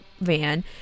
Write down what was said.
van